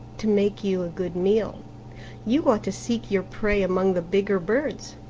to make you a good meal you ought to seek your prey among the bigger birds.